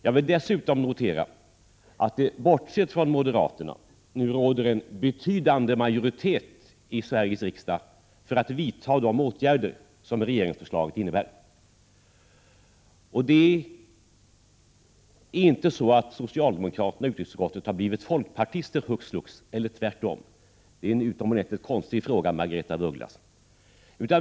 Jag noterar dessutom att det nu, bortsett från moderaterna, finns en betydande majoritet i Sveriges riksdag för att vidta de åtgärder som regeringens förslag innebär. Socialdemokraterna i utrikesutskottet har inte blivit folkpartister hux flux, eller tvärtom. Det var en utomordentligt konstig fråga Margaretha af Ugglas ställde.